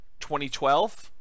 2012